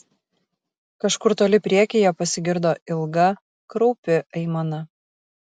kažkur toli priekyje pasigirdo ilga kraupi aimana